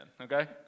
okay